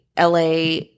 LA